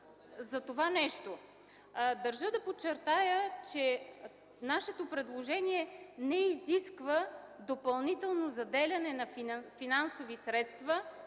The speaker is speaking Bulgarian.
за това. Държа да подчертая, че нашето предложение не изисква допълнително заделяне на целеви финансови средства